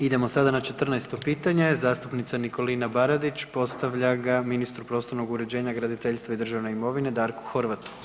Idemo sada na 14. pitanje zastupnica Nikolina Baradić postavlja ga ministru prostornog uređenja, graditeljstva i državne imovine Darku Horvatu.